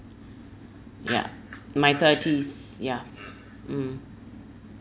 yeah my thirties yeah mm